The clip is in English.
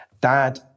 dad